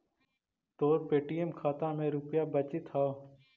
तोर पे.टी.एम खाता में के रुपाइया बचित हउ